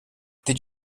did